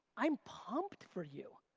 i'm pumped for you.